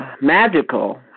magical